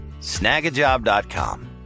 snagajob.com